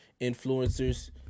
influencers